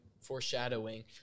Foreshadowing